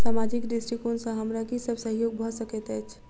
सामाजिक दृष्टिकोण सँ हमरा की सब सहयोग भऽ सकैत अछि?